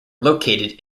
located